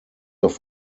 auf